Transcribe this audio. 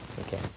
Okay